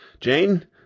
Jane